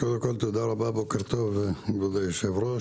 תודה רבה, בוקר טוב, כבוד היושב-ראש.